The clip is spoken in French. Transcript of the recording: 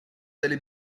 allez